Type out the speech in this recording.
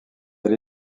elle